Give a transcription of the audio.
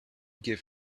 give